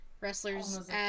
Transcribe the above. wrestlers